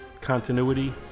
continuity